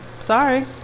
Sorry